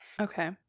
Okay